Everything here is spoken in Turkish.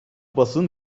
basın